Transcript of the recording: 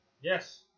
Yes